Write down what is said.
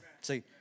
See